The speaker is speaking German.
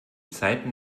zeiten